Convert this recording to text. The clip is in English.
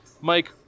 Mike